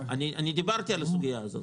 דיברתי על הסוגיה הזאת.